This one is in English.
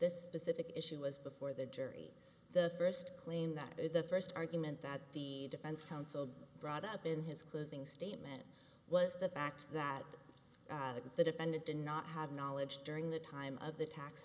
the specific issue was before the jury the first claim that the first argument that the defense counsel brought up in his closing statement was the fact that the defendant did not have knowledge during the time of the tax